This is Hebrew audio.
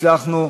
הצלחנו,